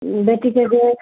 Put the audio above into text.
बेटीके बिआह